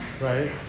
Right